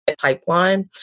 pipeline